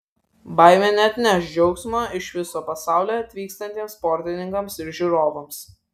baimė neatneš džiaugsmo iš viso pasaulio atvykstantiems sportininkams ir žiūrovams